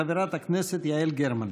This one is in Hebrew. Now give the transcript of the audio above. חברת הכנסת יעל גרמן.